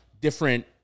different